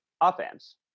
offense